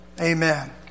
Amen